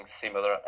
similar